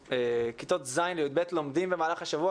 כיתות ז' עד י"ב לומדים במהלך השבוע